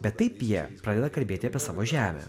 bet taip jie pradeda kalbėti apie savo žemę